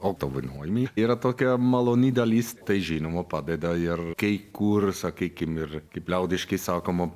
apdovanojimai yra tokia maloni dalis tai žinoma padeda ir kai kur sakykim ir kaip liaudiškai sakoma